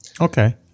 Okay